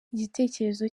igitekerezo